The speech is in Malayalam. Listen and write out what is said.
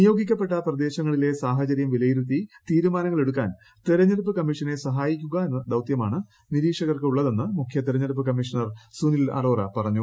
നിയോഗിക്കപ്പെട്ട പ്രദേശങ്ങളിലെ സാഹചര്യം വിലയിരുത്തി തീരുമാനങ്ങളെടുക്കാൻ തെരഞ്ഞെടുപ്പ് കമ്മീഷനെ സഹായിക്കുക എന്ന ദൌത്യമാണ് നിരീക്ഷകർക്കുള്ളതെന്ന് മുഖ്യ തെരഞ്ഞെടുപ്പ് കമ്മീഷണർ സുനിൽ അറോറ പറഞ്ഞു